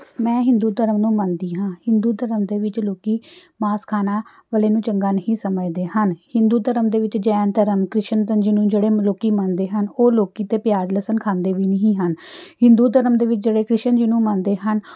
ਮੈਂ ਹਿੰਦੂ ਧਰਮ ਨੂੰ ਮੰਨਦੀ ਹਾਂ ਹਿੰਦੂ ਧਰਮ ਦੇ ਵਿੱਚ ਲੋਕ ਮਾਸ ਖਾਣਾ ਵਾਲੇ ਨੂੰ ਚੰਗਾ ਨਹੀਂ ਸਮਝਦੇ ਹਨ ਹਿੰਦੂ ਧਰਮ ਦੇ ਵਿੱਚ ਜੈਨ ਧਰਮ ਕ੍ਰਿਸ਼ਨ ਧੰ ਜਿਹਨੂੰ ਜਿਹੜੇ ਲੋਕ ਮੰਨਦੇ ਹਨ ਉਹ ਲੋਕ ਅਤੇ ਪਿਆਜ ਲਸਨ ਖਾਂਦੇ ਵੀ ਨਹੀਂ ਹਨ ਹਿੰਦੂ ਧਰਮ ਦੇ ਵਿੱਚ ਜਿਹੜੇ ਕ੍ਰਿਸ਼ਨ ਜੀ ਨੂੰ ਮੰਨਦੇ ਹਨ